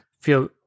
feel